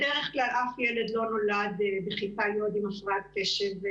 בדרך כלל אף ילד לא נולד בכיתה י' עם הפרעת קשב,